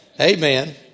Amen